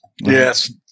Yes